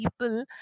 People